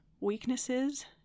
weaknesses